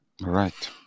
right